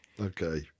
Okay